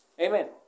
Amen